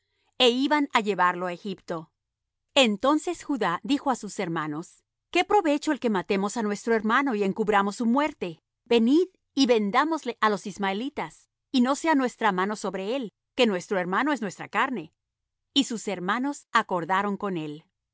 é iban á llevarlo á egipto entonces judá dijo á sus hermanos qué provecho el que matemos á nuestro hermano y encubramos su muerte venid y vendámosle á los ismaelitas y no sea nuestra mano sobre él que nuestro hermano es nuestra carne y sus hermanos acordaron con él